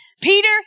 Peter